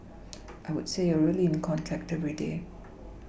I would say you are really in contact every day